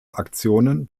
aktionen